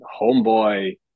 homeboy